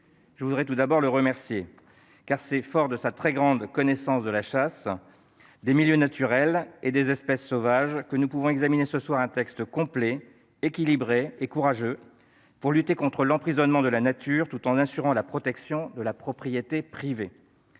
Je voudrais tout d'abord le remercier, car c'est fort de sa très grande connaissance de la chasse, des milieux naturels et des espèces sauvages que nous pouvons examiner ce soir ce texte complet, équilibré et courageux, pour lutter contre l'emprisonnement de la nature, tout en assurant la protection de la propriété privée.